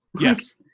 yes